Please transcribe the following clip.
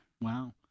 Wow